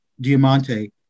Diamante